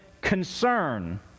concern